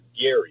Gary